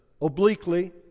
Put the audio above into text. Obliquely